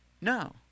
No